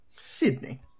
Sydney